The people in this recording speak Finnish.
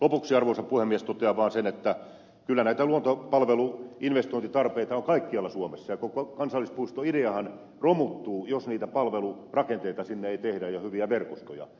lopuksi arvoisa puhemies totean vaan sen että kyllä näitä luontopalveluinvestointitarpeita on kaikkialla suomessa ja koko kansallispuistoideahan romuttuu jos niitä palvelurakenteita sinne ei tehdä ja hyviä verkostoja